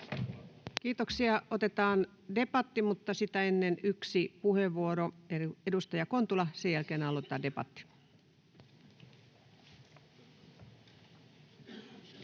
Kiitoksia. — Otetaan debatti, mutta sitä ennen yksi puheenvuoro: edustaja Kontula. Sen jälkeen aloitetaan debatti.